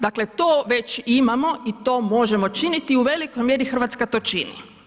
Dakle, to već imamo i to možemo činiti, u velikoj mjeri Hrvatska to čini.